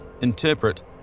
interpret